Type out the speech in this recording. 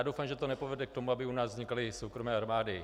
Doufám, že to nepovede k tomu, aby u nás vznikaly soukromé armády.